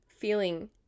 feeling